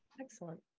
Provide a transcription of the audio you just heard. excellent